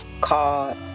called